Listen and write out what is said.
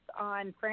on